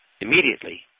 Immediately